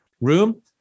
room